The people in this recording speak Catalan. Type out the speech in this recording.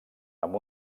amb